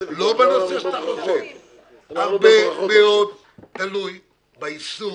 הרבה מאוד תלוי ביישום,